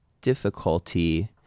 difficulty